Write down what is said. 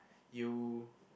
you